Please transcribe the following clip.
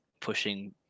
pushing